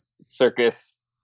circus